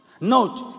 Note